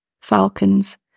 Falcons